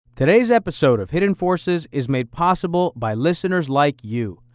today's episode of hidden forces is made possible by listeners like you.